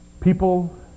people